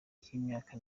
cy’imyaka